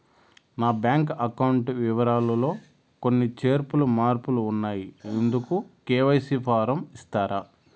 నా bank account వివరాలు లో కొన్ని చేర్పులు మార్పులు ఉన్నాయి, ఇందుకు కె.వై.సి ఫారం ఇస్తారా?